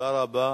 תודה רבה.